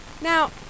Now